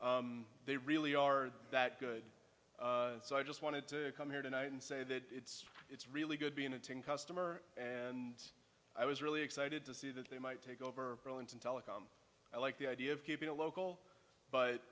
customer they really are that good so i just wanted to come here tonight and say that it's it's really good being a teen customer and i was really excited to see that they might take over brillant in telecom i like the idea of keeping a local but